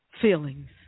feelings